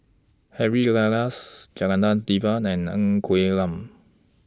Harry Elias Janadas Devan and Ng Quee Lam